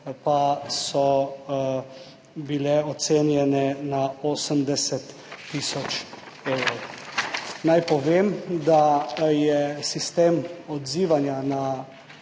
pa so bile ocenjene na 80 tisoč evrov. Naj povem, da je sistem odzivanja na